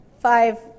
five